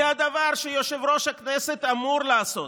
כי הדבר שהיושב-ראש הכנסת אמור לעשות,